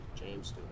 James